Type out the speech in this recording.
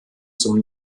zum